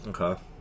Okay